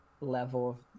level